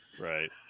Right